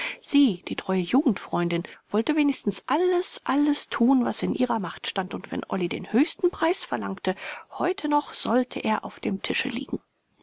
sie die treue jugendfreundin wollte wenigstens alles alles tun was in ihrer macht stand und wenn olly den höchsten preis verlangte heute noch sollte er auf dem tische liegen